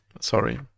Sorry